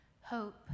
hope